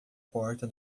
porta